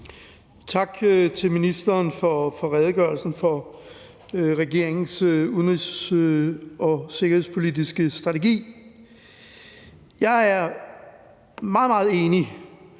Tak til ministeren for redegørelsen for regeringens udenrigs- og sikkerhedspolitiske strategi. Jeg er meget, meget enig,